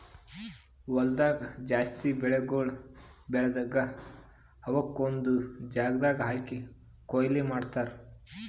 ಹೊಲ್ದಾಗ್ ಜಾಸ್ತಿ ಬೆಳಿಗೊಳ್ ಬೆಳದಾಗ್ ಅವುಕ್ ಒಂದು ಜಾಗದಾಗ್ ಹಾಕಿ ಕೊಯ್ಲಿ ಮಾಡ್ತಾರ್